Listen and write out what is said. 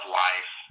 life